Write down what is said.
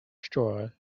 straw